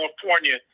California